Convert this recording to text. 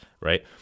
right